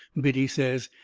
biddy says,